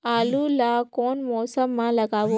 आलू ला कोन मौसम मा लगाबो?